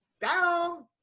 down